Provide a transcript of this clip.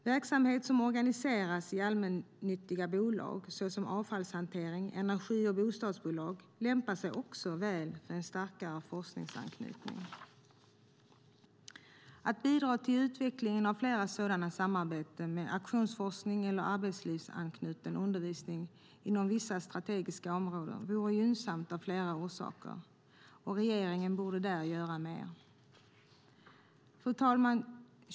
Verksamhet som organiseras i allmännyttiga bolag, såsom avfallshantering, energi och bostadsbolag, lämpar sig också väl för en starkare forskningsanknytning. Att bidra till utvecklingen av fler sådana samarbeten med aktionsforskning eller arbetslivsanknuten undervisning inom vissa strategiska områden vore gynnsamt av flera orsaker. Regeringen borde där göra mer. Fru talman!